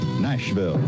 Nashville